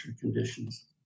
conditions